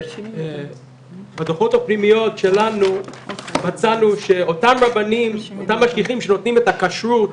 שבדוחות הפנימיים שלנו מצאנו שאותם משגיחים שנותנים את הכשרות